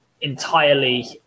entirely